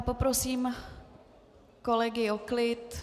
Poprosím kolegy o klid.